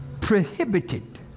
prohibited